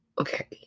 okay